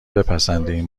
بپسندین